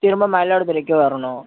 திரும்ப மயிலாடுதுறைக்கே வரணும்